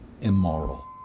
immoral